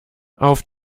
auf